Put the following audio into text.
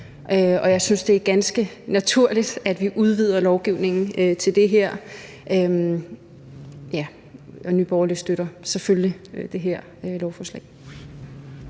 jeg synes, det er ganske naturligt, at vi her udvider lovgivningen. Nye Borgerlige støtter selvfølgelig det her lovforslag.